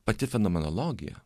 pati fenomenologija